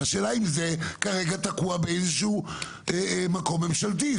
השאלה אם זה כרגע תקוע באיזשהו מקום ממשלתי?